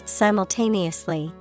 simultaneously